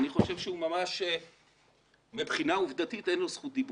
אני חושב שמבחינה עובדתית אין לו זכות דיבור.